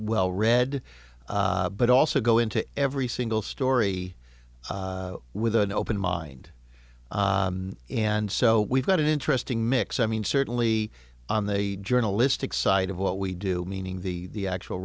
well read but also go into every single story with an open mind and so we've got an interesting mix i mean certainly on the journalistic side of what we do meaning the actual